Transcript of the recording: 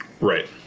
Right